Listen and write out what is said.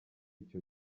icyo